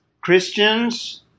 Christians